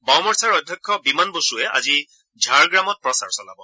বাওঁমৰ্চাৰ অধ্যক্ষ বিমান বসুৱে আজি ঝাৰগ্ৰামত প্ৰচাৰ চলাব